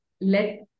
let